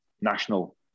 national